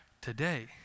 today